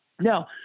Now